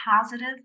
positive